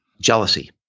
jealousy